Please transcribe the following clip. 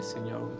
Señor